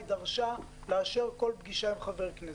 היא דרשה לאשר כל פגישה עם חבר כנסת.